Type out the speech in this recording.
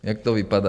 Jak to vypadá?